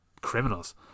criminals